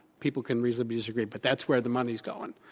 people can reasonably disagree. but that's where the money is going.